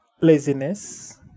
laziness